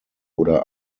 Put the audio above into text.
oder